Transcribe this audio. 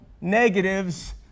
negatives